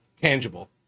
tangible